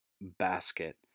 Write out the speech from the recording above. basket